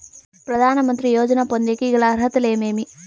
ప్రధాన మంత్రి యోజన పొందేకి గల అర్హతలు ఏమేమి?